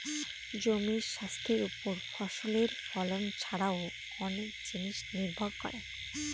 জমির স্বাস্থ্যের ওপর ফসলের ফলন ছারাও অনেক জিনিস নির্ভর করে